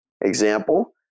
example